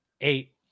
Eight